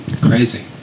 Crazy